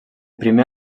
primer